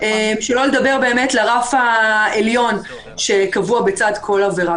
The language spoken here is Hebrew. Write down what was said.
שלא לדבר באמת לרף העליון שקבוע בצד כל עבירה.